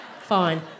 Fine